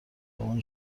توان